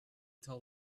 tell